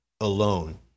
alone